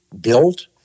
built